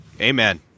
Amen